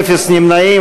אין נמנעים,